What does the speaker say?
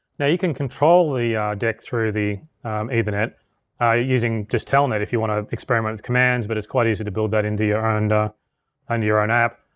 now you can control the deck through the ethernet using just telnet if you wanna experiment with commands, but it's quite easy to build that into here and under your own app.